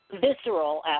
visceral